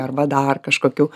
arba dar kažkokių